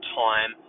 time